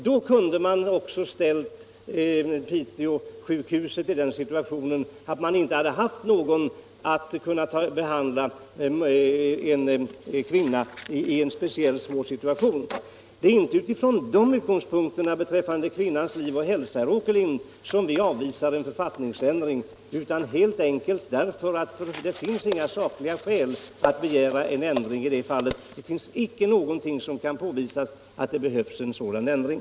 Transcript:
Då kunde man också ha ställt Piteåsjukhuset i den situationen, att det inte funnits någon möjlighet att behandla en kvinna i en speciellt svår situation. Det är inte utifrån dessa utgångspunkter beträffande kvinnans liv och hälsa, herr Åkerlind, som vi avvisar en författningsändring. utan vi gör det helt enkelt därför att det inte finns några sakliga skäl att begära en ändring i det fallet. Det kan inte på något sätt påvisas att det behövs en sådan ändring.